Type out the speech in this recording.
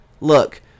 look